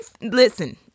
listen